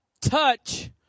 Touch